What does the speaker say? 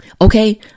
Okay